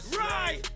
right